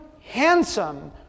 handsome